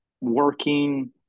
working